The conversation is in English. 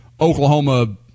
Oklahoma